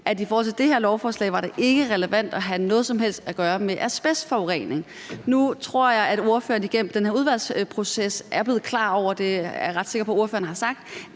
at i forhold til det her lovforslag var det ikke relevant at have noget som helst at gøre med asbestforurening. Nu tror jeg ordføreren igennem den her udvalgsproces – det er jeg ret sikker på ordføreren har sagt